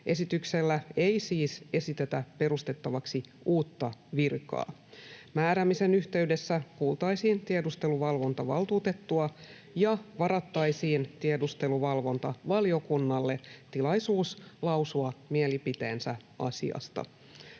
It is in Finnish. Esityksellä ei siis esitetä perustettavaksi uutta virkaa. Määräämisen yhteydessä kuultaisiin tiedusteluvalvontavaltuutettua ja varattaisiin tiedusteluvalvontavaliokunnalle tilaisuus lausua mielipiteensä asiasta.